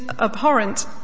abhorrent